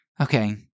okay